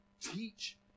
teach